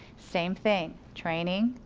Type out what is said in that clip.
same thing, training,